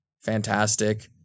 fantastic